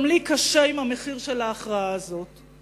גם לי קשה עם המחיר של ההכרעה הזו,